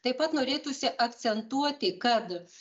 taip pat norėtųsi akcentuoti kad